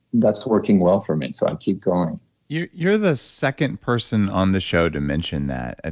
that's working well for me so i'll keep going you're you're the second person on the show to mention that. and